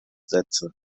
setze